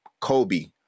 kobe